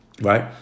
Right